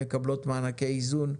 מקבלות מענקי איזון,